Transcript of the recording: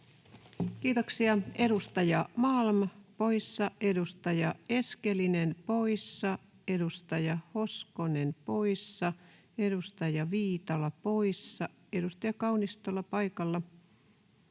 Kiitoksia. — Edustaja Malm poissa, edustaja Eskelinen poissa, edustaja Hoskonen poissa, edustaja Viitala poissa. — Edustaja Kaunistola paikalla,